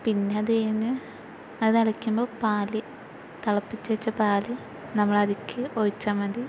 പിന്നെ അത് കഴിഞ്ഞ് അത് തിളയ്ക്കുമ്പോൾ പാൽ തിളപ്പിച്ചു വച്ച പാൽ നമ്മൾ അതിലേക്ക് ഒഴിച്ചാൽ മതി